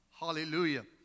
Hallelujah